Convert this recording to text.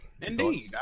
Indeed